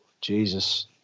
Jesus